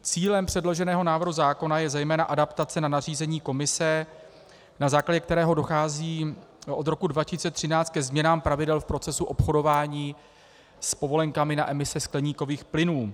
Cílem předloženého návrhu zákona je zejména adaptace na nařízení Komise, na základě kterého dochází od roku 2013 ke změnám pravidel v procesu obchodování s povolenkami na emise skleníkových plynů.